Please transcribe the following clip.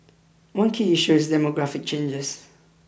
one key issue is demographic changes